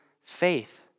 faith